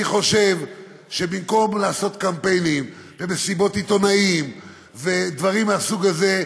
אני חושב שבמקום לעשות קמפיינים ומסיבות עיתונאים ודברים מהסוג הזה,